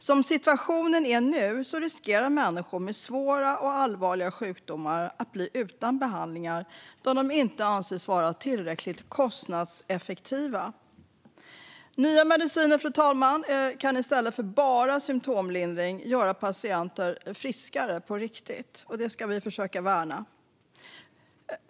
Som situationen är nu riskerar människor med svåra och allvarliga sjukdomar att bli utan behandling då dessa inte anses vara tillräckligt kostnadseffektiva. Fru talman! Nya mediciner kan i stället för att ge "bara" symtomlindring göra patienter friskare på riktigt. Det ska vi försöka värna.